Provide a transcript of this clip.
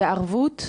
בערבות?